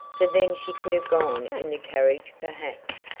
for then she could have gone in the carriage perhaps,